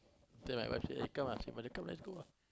tell my wife say eh come ah see mother come let's go ah